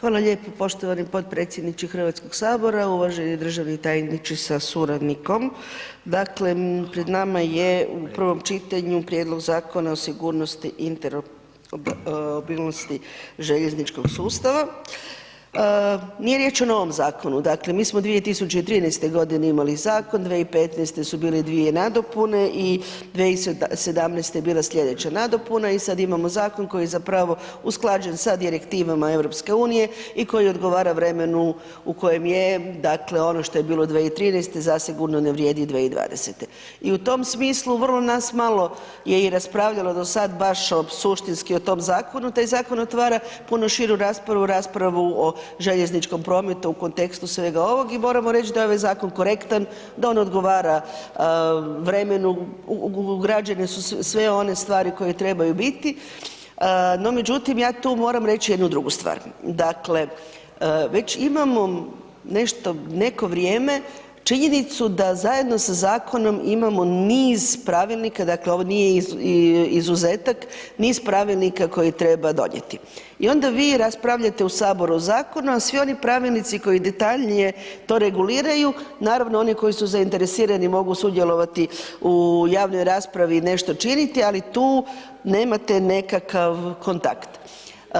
Hvala lijepo poštovani potpredsjedniče HS, uvaženi državni tajniče sa suradnikom, dakle pred nama je u prvom čitanju prijedlog Zakona o sigurnosti i interoperabilnosti željezničkog sustava, nije riječ o novom zakonu, dakle mi smo 2013.g. imali zakon, 2015. su bile dvije nadopune i 2017. je bila slijedeća nadopuna i sad imamo zakon koji je zapravo usklađen sa direktivama EU i koji odgovara vremenu u kojem je, dakle ono što je bilo 2013. zasigurno ne vrijedi 2020. i u tom smislu vrlo nas malo je i raspravljalo do sad baš o suštinski o tom zakonu, taj zakon otvara puno širu raspravu, raspravu o željezničkom prometu u kontekstu svega ovog i moramo reć da je ovaj zakon korektan, da on odgovara vremenu, ugrađene su sve one stvari koje trebaju biti, no međutim ja tu moram reći jednu drugu stvar, dakle već imamo nešto, neko vrijeme činjenicu da zajedno sa zakonom imamo niz pravilnika, dakle ovo nije izuzetak, niz pravilnika koji treba donijeti i onda vi raspravljate u Saboru o zakonu, a svi oni pravilnici koji detaljnije to reguliraju, naravno oni koji su zainteresirani mogu sudjelovati u javnoj raspravi i nešto činiti, ali tu nemate nekakav kontakt.